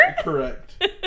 Correct